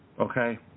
okay